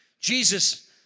Jesus